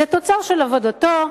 זה תוצר של עבודתו,